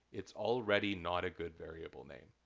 it's already not a good variable name.